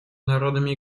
народами